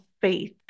faith